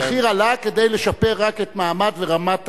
המחיר עלה כדי לשפר את המעמד והרמה,